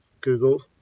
Google